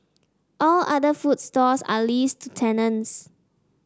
all other food stalls are leased to tenants